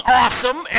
awesome